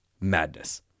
madness